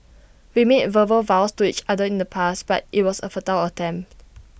we made verbal vows to each other in the past but IT was A futile attempt